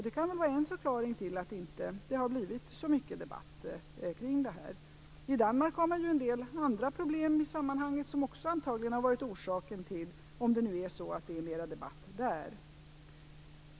Det kan vara en förklaring till att det inte har blivit så mycket debatt kring frågan. I Danmark finns en del andra problem i sammanhanget, som antagligen också har lett till en mer omfattande debatt - om det nu är så att debatten är mer omfattande där.